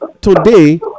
today